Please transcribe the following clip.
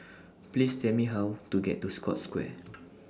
Please Tell Me How to get to Scotts Square